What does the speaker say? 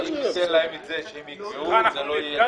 השאלה איפה זה בא לידי